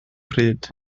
pryd